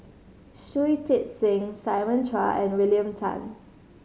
Shui Tit Sing Simon Chua and William Tan